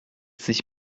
sich